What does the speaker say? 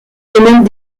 domaine